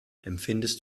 empfindest